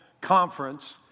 conference